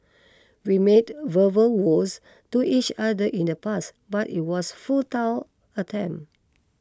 we made verbal vows to each other in the pass but it was futile attempt